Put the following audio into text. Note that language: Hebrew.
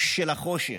של החושך,